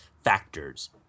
Factors